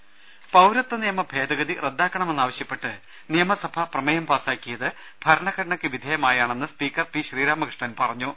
രംഭട്ട്ടിട്ടുള പൌരത്വ നിയമ ഭേദഗതി റദ്ദാക്കണമെന്നാവശ്യപ്പെട്ട് നിയമസഭ പ്രമേയം പാസ്സാക്കിയത് ഭരണഘടനക്ക് വിധേയമായാണെന്ന് സ്പീക്കർ പി ശ്രീരാമ കൃഷ്ണൻ പറഞ്ഞു